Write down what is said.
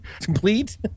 complete